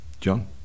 John